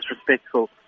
disrespectful